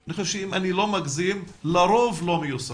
אני לא אגזים אם אומר שלרוב הוא לא מיושם.